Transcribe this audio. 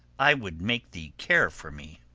i would make thee care for me.